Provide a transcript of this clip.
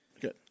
good